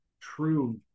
true